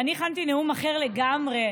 הכנתי נאום אחר לגמרי,